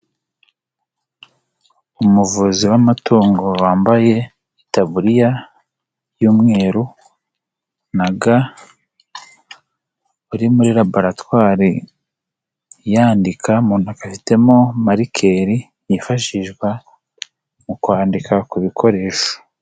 Umuvuzi w'amatungo wambaye itabuliriya y'umweru na ga, uri muri laboratwari yandika, mu ntoki afitemo marikeli yifashishwa mu kwandika ku bikoresho.